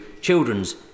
children's